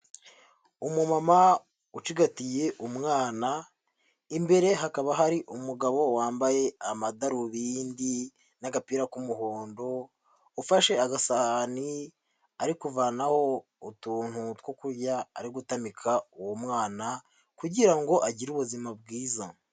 Umumama ucigatiye umwana imbere hakaba hari umugabo wambaye amadarubindi n'agapira k'umuhondo, ufashe agasahani ari kuvanaho utuntu two kurya ari gutamika uwo mwana, kugira ngo agire ubuzima bwiza.